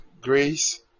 grace